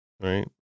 Right